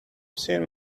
seen